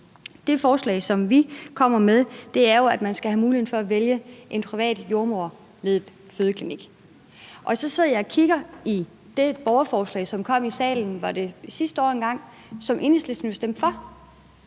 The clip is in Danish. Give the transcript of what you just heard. Det forslag, som vi kommer med, går jo ud på, at man skal have mulighed for at vælge en privat jordemoderledet fødeklinik. Så sidder jeg og kigger i det borgerforslag, som blev behandlet i salen – var det en gang sidste år